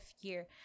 year